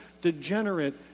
degenerate